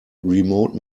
remote